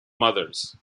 mothers